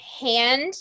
hand